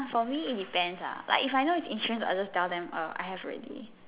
for me it depends lah like if I know it's insurance to other stuff then err I have already